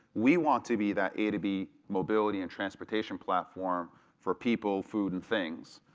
we want to be that a to b mobility and transportation platform for people, food, and things.